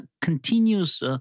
continuous